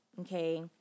okay